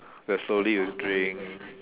where slowly you drink